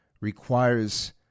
requires